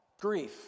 Grief